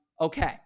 okay